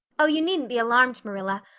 oh, you needn't be alarmed, marilla.